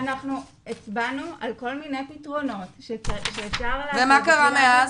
אנחנו הצבענו על כל מיני פתרונות שאפשר לעשות --- ומה קרה מאז?